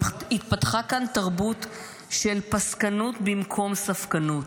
התפתחה כאן תרבות של פסקנות במקום ספקנות,